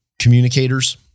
communicators